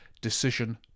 decision